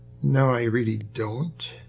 no, i really don't.